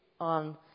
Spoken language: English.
on